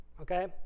Okay